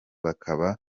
bakaba